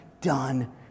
done